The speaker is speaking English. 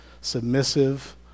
submissive